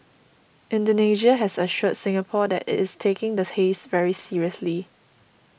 Indonesia has assured Singapore that it is taking the haze very seriously